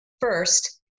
First